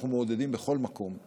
אנחנו מעודדים יהודים בכל מקום,